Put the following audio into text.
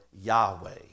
Yahweh